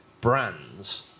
brands